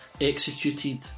executed